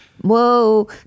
Whoa